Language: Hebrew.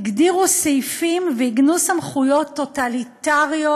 הגדירו סעיפים ועיגנו סמכויות טוטליטריות